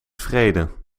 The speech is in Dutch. vrede